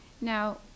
Now